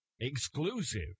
Exclusive